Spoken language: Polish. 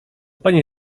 pani